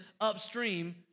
upstream